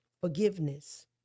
forgiveness